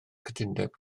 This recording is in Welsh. cytundeb